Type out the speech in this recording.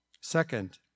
Second